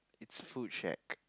it's food shack